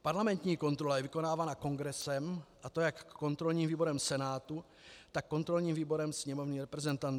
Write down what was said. Parlamentní kontrola je vykonávaná Kongresem, a to jak kontrolním výborem Senátu, tak kontrolním výborem Sněmovny reprezentantů.